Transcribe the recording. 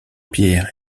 pierre